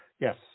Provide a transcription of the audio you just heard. Yes